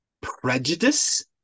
Prejudice